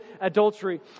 adultery